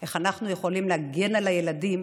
איך אנחנו יכולים להגן על הילדים,